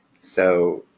so